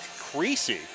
Creasy